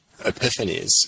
epiphanies